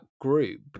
group